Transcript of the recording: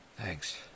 Thanks